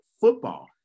football